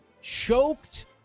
choked